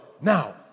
now